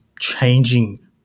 Changing